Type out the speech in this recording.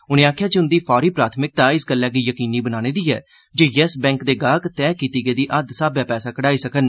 उनें आखेआ जे उंदी फौरी प्राथमिकता इस गल्लै गी यकीनी बनाने दी ऐ जे येस बैंक दे गाहक तैय कीती गेदी हद्द स्हाबै पैसा कड्ढाई सकन